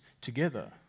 together